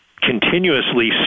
continuously